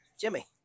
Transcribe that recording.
Jimmy